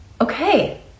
okay